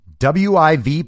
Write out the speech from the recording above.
WIV